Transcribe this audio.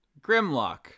Grimlock